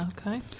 Okay